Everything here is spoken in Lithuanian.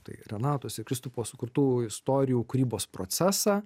tai renatos ir kristupo sukurtų istorijų kūrybos procesą